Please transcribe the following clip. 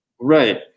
Right